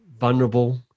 vulnerable